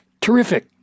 Terrific